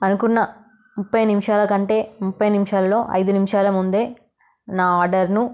అనుకున్న ముప్పై నిమిషాల కంటే ముప్పై నిమిషాలలో ఐదు నిమిషాల ముందే నా ఆర్డర్ను